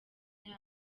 yabo